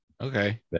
Okay